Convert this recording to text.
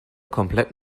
komplett